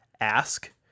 ask